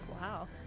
Wow